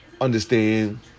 understand